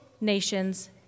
nations